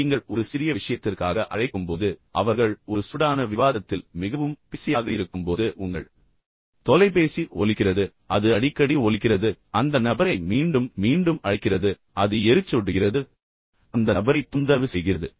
எனவே நீங்கள் ஒரு சிறிய விஷயத்திற்காக அழைக்கும்போது அவர்கள் ஒரு சூடான விவாதத்தில் மிகவும் பிஸியாக இருக்கும்போது உங்கள் தொலைபேசி ஒலிக்கிறது அது அடிக்கடி ஒலிக்கிறது மற்றும் அந்த நபரை மீண்டும் மீண்டும் அழைக்கிறது அது உண்மையில் எரிச்சலூட்டுகிறது அது அந்த நபரை தொந்தரவு செய்கிறது